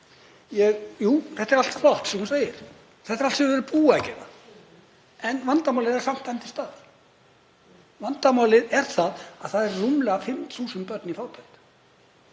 Jú, þetta er allt flott sem hún segir. Þetta er allt sem við erum búin að gera en vandamálið er samt til staðar. Vandamálið er það að það eru rúmlega 5.000 börn í fátækt.